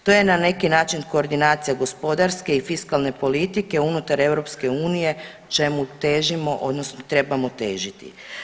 To je na neki način koordinacija gospodarske i fiskalne politike unutar EU čemu težimo odnosno trebamo težiti.